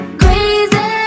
crazy